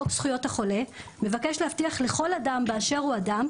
חוק זכויות החולה מבקש להבטיח לכל אדם באשר הוא אדם,